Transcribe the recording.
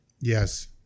Yes